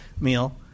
meal